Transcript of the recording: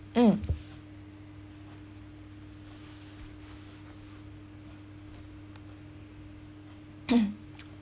mm